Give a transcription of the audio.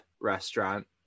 restaurant